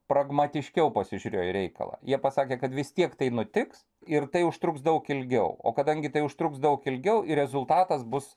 pragmatiškiau pasižiūrėjo į reikalą jie pasakė kad vis tiek tai nutiks ir tai užtruks daug ilgiau o kadangi tai užtruks daug ilgiau ir rezultatas bus